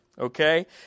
okay